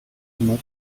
myślę